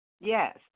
Yes